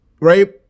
Right